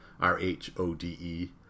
R-H-O-D-E